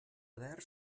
haver